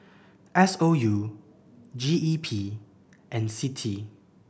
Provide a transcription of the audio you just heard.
S O U G E P and CITI